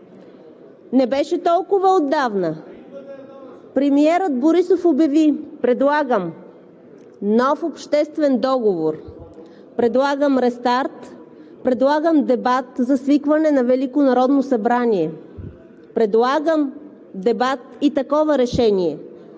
Не беше толкова отдавна. Премиерът Борисов обяви: „Предлагам нов обществен договор. Предлагам рестарт. Предлагам дебат за свикване на Велико народно събрание, предлагам дебат и такова решение.